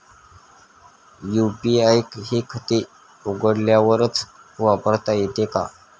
UPI हे खाते उघडल्यावरच वापरता येते का?